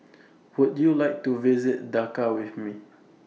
Would YOU like to visit Dhaka with Me